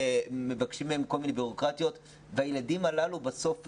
מבקשים מהם כל מיני בירוקרטיות והילדים הללו בסוף נפגעים.